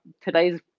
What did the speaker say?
today's